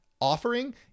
offering